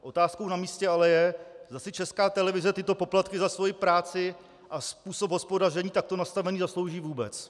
Otázkou namístě ale je, zda si Česká televize tyto poplatky za svoji práci a způsob hospodaření takto nastavený zaslouží vůbec.